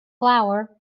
flour